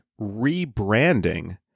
rebranding